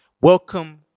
Welcome